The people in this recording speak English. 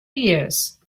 years